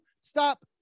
stop